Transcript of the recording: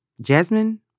Jasmine